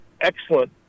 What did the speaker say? excellent